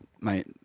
mate